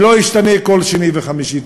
שלא ישתנה כל שני וחמישי.